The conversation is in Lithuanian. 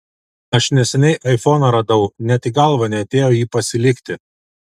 aš neseniai aifoną radau net į galvą neatėjo jį pasilikti